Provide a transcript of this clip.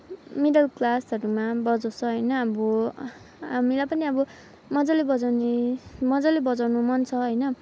middle क्लासहरूमा बजाउँछ होइन अब हामीलाई पनि अब मजाले बजाउने मजाले बजाउनु मन छ होइन